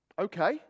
Okay